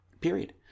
period